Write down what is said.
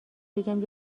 بگم